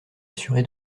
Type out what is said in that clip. assuré